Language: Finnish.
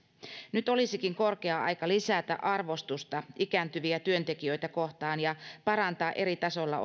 nyt olisikin korkea aika lisätä arvostusta ikääntyviä työntekijöitä kohtaan ja parantaa eri tasolla